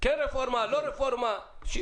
כן רפורמה, לא רפורמה.